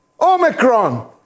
Omicron